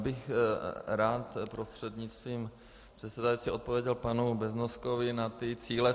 Já bych rád prostřednictvím předsedajícího odpověděl panu Beznoskovi na ty cíle.